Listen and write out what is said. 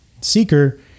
Seeker